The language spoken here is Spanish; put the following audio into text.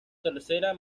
tercera